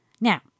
Now